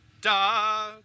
Da